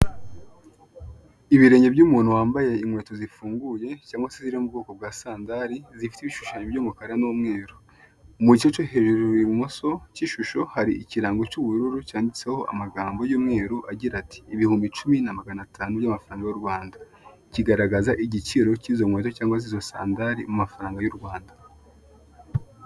Ibirenge by'umuntu wambaye inkweto zifunguye cyangwa se ziri mu bwoko bwa sandari zifite ibishushanyo by'umukara n'umweru. Mu gice cyo hejuru i bumoso k'ishusho hari ikirango cy'ubururu cyanditseho amagambo y'umweru agira ati" ibihumbi icumi na magana atanu by'amafaranga y'u Rwanda" kigaragaza igiciro kizo nkweto cyangwa se izo sandari mu mafaranga y'u Rwanda.